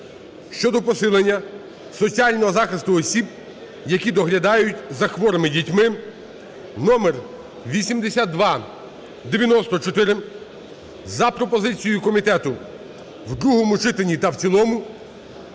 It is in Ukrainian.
щодо посилення соціального захисту осіб, які доглядають за хворими дітьми (№ 8294) за пропозицією комітету в другому читанні та в цілому